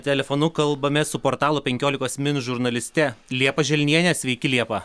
telefonu kalbamės su portalo penkiolikos min žurnaliste liepa želnienė sveiki liepa